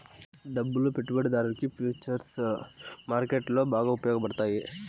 డబ్బు పెట్టుబడిదారునికి ఫుచర్స్ మార్కెట్లో బాగా ఉపయోగపడతాయి